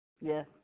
Yes